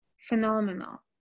phenomenal